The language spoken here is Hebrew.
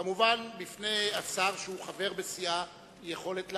כמובן, בפני השר, שהוא חבר בסיעה, יכולת לעמוד,